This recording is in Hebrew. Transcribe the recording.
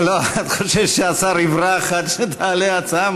את חושבת שהשר יברח עד שתעלה ההצעה?